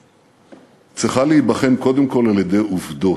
צריכה להיבחן קודם כול על-ידי עובדות.